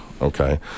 okay